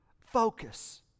focus